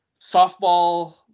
softball